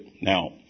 Now